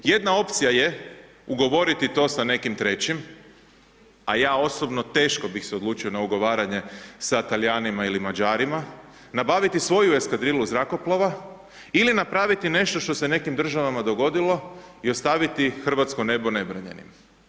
Jedna opcija je ugovoriti to sa nekim trećim, a ja osobno teško bih se odlučio na ugovaranje sa Talijanima ili Mađarima, nabaviti svoju eskadrilu zrakoplova, ili napraviti nešto što se u nekim državama dogodilo i ostaviti hrvatsko nebo nebranjenim.